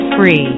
free